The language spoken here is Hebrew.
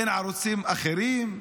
אין ערוצים אחרים?